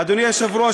אדוני היושב-ראש,